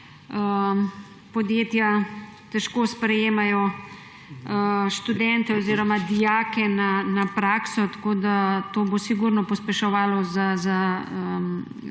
podjetja težko sprejemajo študente oziroma dijake na prakso, tako da bo to sigurno pospeševalo, da